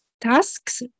tasks